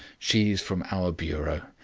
she's from our bureau.